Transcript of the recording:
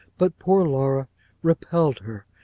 but poor laura repelled her,